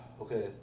okay